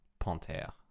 panthère